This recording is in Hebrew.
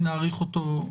אם נאריך אותו,